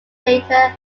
data